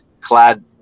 Clad